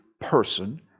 person